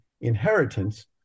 inheritance